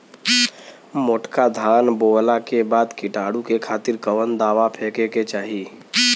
मोटका धान बोवला के बाद कीटाणु के खातिर कवन दावा फेके के चाही?